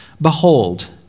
Behold